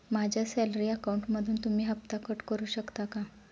माझ्या सॅलरी अकाउंटमधून तुम्ही हफ्ता कट करू शकता का?